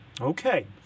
Okay